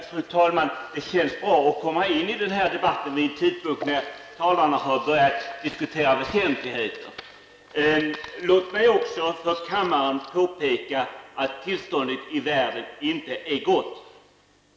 Fru talman! Det känns bra att ha kommit in i den här debatten vid en tidpunkt när talarna har börjat diskutera väsentligheter. Låt också mig för kammaren påpeka att tillståndet i världen inte är gott.